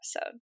episode